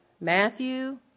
Matthew